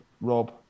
Rob